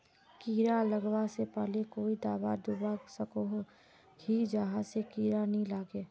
कीड़ा लगवा से पहले कोई दाबा दुबा सकोहो ही जहा से कीड़ा नी लागे?